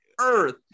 earth